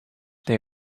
they